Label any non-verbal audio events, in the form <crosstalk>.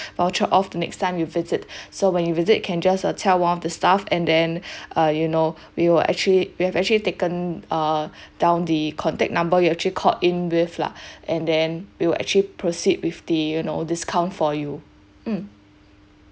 voucher off the next time you visit <breath> so when you visit you can just uh tell one of the staff and then <breath> uh you know <breath> we will actually we have actually taken err <breath> down the contact number you actually called in with lah <breath> and then we will actually proceed with the you know discount for you mm